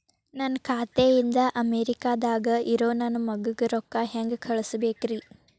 ನನ್ನ ಖಾತೆ ಇಂದ ಅಮೇರಿಕಾದಾಗ್ ಇರೋ ನನ್ನ ಮಗಗ ರೊಕ್ಕ ಹೆಂಗ್ ಕಳಸಬೇಕ್ರಿ?